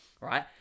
right